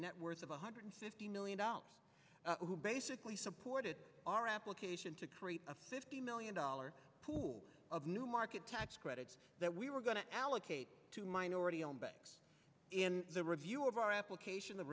net worth of one hundred fifty million dollars who basically supported our application to create a fifty million dollars pool of new market tax credits that we were going to allocate to minority owned banks in the review of our application